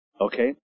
Okay